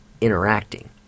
interacting